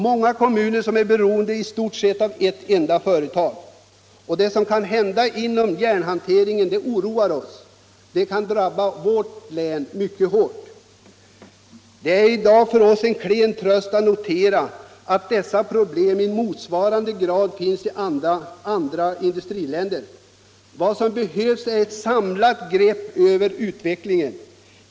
Många kommuner är beroende av i stort sett ett enda företag. Det som kan hända inom järnhanteringen oroar oss — det kan drabba vårt län mycket hårt. Det är en klen tröst för oss att notera att dessa problem i motsvarande grad finns i andra industriländer. Vad som behövs är ett samlat grepp över utvecklingen.